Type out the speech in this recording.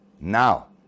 now